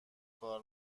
کار